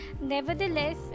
Nevertheless